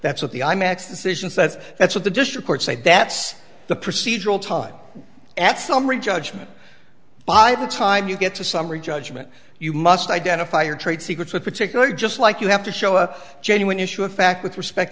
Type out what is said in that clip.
that's what the imax decision says that's what the district court said that's the procedural time at summary judgment by the time you get to summary judgment you must identify your trade secrets with particular just like you have to show a genuine issue of fact with respect